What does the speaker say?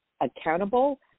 accountable